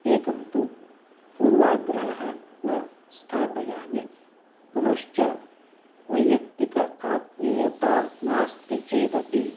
एकं तु पूर्वाग्रहं न स्थापयामि पुनश्च वैयक्तिक आत्मीयता नास्ति चेदपि